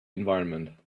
environment